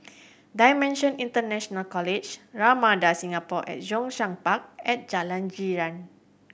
Dimensions International College Ramada Singapore at Zhongshan Park and Jalan Girang